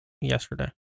Yesterday